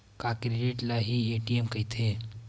का क्रेडिट ल हि ए.टी.एम कहिथे?